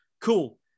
cool